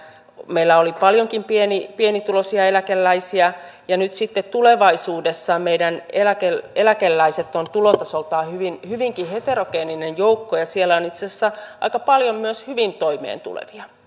meillä oli paljonkin pienituloisia eläkeläisiä nyt sitten tulevaisuudessa meidän eläkeläiset ovat tulotasoltaan hyvinkin heterogeeninen joukko ja siellä on itse asiassa aika paljon myös hyvin toimeentulevia